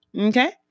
Okay